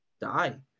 die